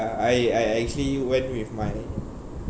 uh I I I actually went with my